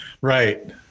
Right